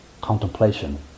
contemplation